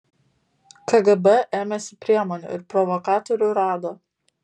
kgb ėmėsi priemonių ir provokatorių rado